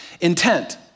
intent